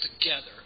together